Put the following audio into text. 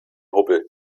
hubbel